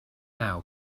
now